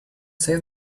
save